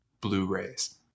blu-rays